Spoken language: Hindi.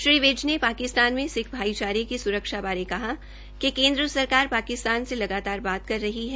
श्री विज ने पाकिस्तान में सिख भाईचारे की सुरक्षा बारे कहा कि केन्द्र सरकार पाकिस्तान से लगातार बात कर रही है